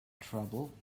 trouble